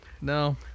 No